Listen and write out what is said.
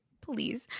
please